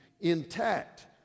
intact